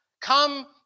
Come